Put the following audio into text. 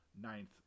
ninth